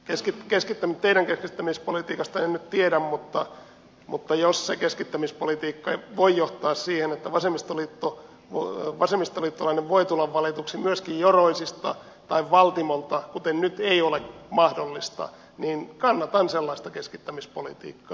edustaja komi teidän keskittämispolitiikastanne en nyt tiedä mutta jos se keskittämispolitiikka voi johtaa siihen että vasemmistoliittolainen voi tulla valituksi myöskin joroisista tai valtimolta mikä nyt ei ole mahdollista niin kannatan sellaista keskittämispolitiikkaa